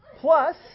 plus